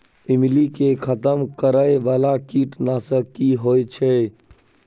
ईमली के खतम करैय बाला कीट नासक की होय छै?